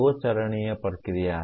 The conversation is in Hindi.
दो चरणीय प्रक्रिया है